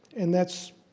and that's,